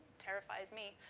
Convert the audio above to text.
terrifies me.